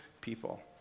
people